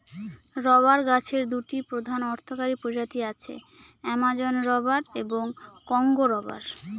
rubber গাছের দুটি প্রধান অর্থকরী প্রজাতি আছে, অ্যামাজন রবার এবং কংগো রবার